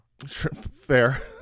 Fair